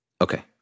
Okay